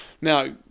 Now